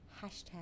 hashtag